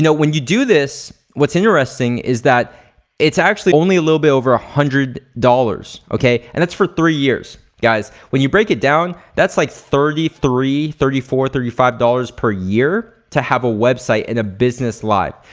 when you do this what's interesting is that it's actually only a little bit over a hundred dollars okay? and that's for three years guys. when you break it down that's like thirty three, thirty four, thirty five dollars per year to have a website and a business live.